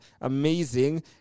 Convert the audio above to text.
amazing